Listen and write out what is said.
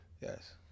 Yes